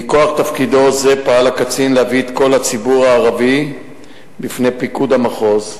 מכוח תפקידו זה פעל הקצין להביא את קול הציבור הערבי בפני פיקוד המחוז,